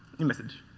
new message.